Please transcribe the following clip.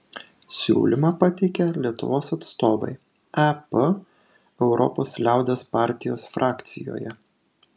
siūlymą pateikė lietuvos atstovai ep europos liaudies partijos frakcijoje